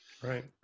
Right